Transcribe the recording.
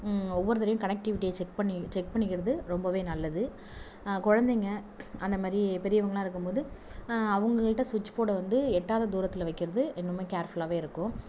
ஒவ்வொரு தடவையும் கனெக்டிவிட்டியை செக் பண்ணி செக் பண்ணிக்கிறது ரொம்ப நல்லது குழந்தைங்க அந்த மாதிரி பெரியவங்களாம் இருக்கும் போது அவங்ககிட்ட சுவிட்ச் போட வந்து எட்டாத தூரத்தில் வைக்கிறது இன்னும் கேர்ஃபுல்லா இருக்கும்